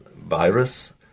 virus